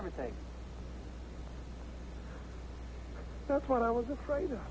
everything that's what i was afraid